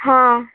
ହଁ